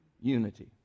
unity